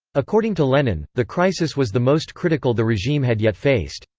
according to lenin, the crisis was the most critical the regime had yet faced,